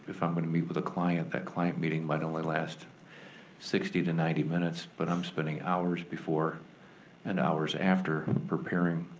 if i'm gonna meet with a client, that client meeting might only last sixty to ninety minutes, but i'm spending hours before and hours after preparing,